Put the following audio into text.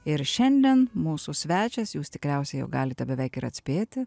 ir šiandien mūsų svečias jūs tikriausiai jau galite beveik ir atspėti